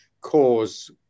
cause